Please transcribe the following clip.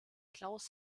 klaus